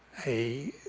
a